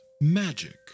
Magic